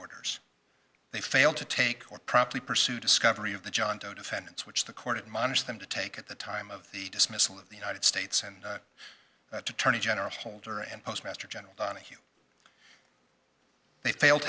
orders they failed to take or properly pursue discovery of the john doe defendants which the court admonished them to take at the time of the dismissal of the united states and to turn in general holder and postmaster general donahue they failed